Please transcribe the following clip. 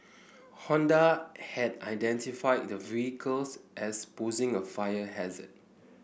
Honda had identified the vehicles as posing a fire hazard